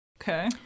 Okay